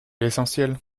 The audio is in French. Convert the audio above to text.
l’essentiel